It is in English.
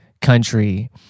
country